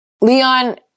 Leon